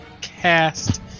cast